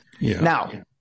Now